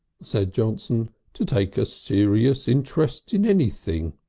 said johnson, to take a serious interest in anything.